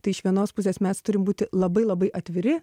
tai iš vienos pusės mes turim būti labai labai atviri